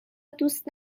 دوست